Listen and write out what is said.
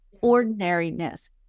ordinariness